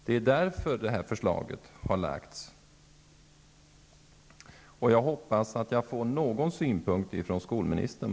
Det är därför som detta förslag har lagts fram, och jag hoppas att jag får någon synpunkt på detta från skolministern.